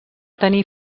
tenir